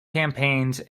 campaigns